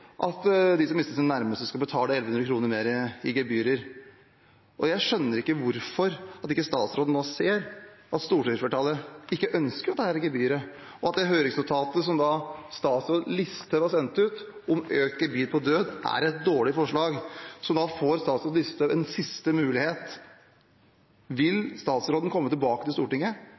at de som mister sine nærmeste, skal betale over 1 100 kr mer i gebyrer. Jeg skjønner ikke hvorfor statsråd Listhaug nå ikke ser at stortingsflertallet ikke ønsker dette gebyret, og at det høringsnotatet som statsråden har sendt ut, om økt gebyr på død, er et dårlig forslag. Statsråd Listhaug får en siste mulighet: Vil hun komme tilbake til Stortinget,